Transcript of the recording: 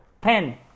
pen